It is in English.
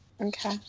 Okay